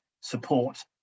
support